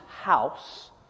house